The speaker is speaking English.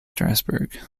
strasbourg